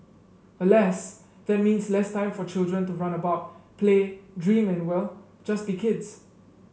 alas that means less time for children to run about play dream and well just be kids